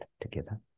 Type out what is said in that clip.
together